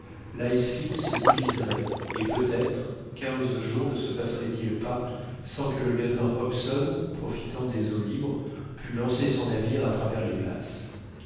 se diviserait et peutêtre quinze jours ne se passeraient ils pas sans que le lieutenant hobson profitant des eaux libres pût lancer son navire à travers les glaces